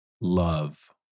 love